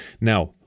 Now